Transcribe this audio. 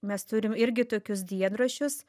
mes turim irgi tokius dienraščius